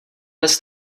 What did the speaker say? pes